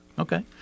Okay